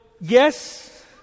yes